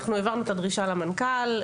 העברנו את הדרישה למנכ"ל,